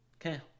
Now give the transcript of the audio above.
Okay